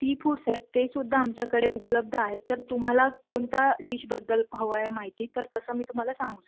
seafoods आहेत तेसुद्धा आमच्याकडे उपलब्ध आहेत तर तुम्हाला कोणत्या डिशबद्दल हवं आहे माहिती तर तसं मी तुम्हाला सांगू शकते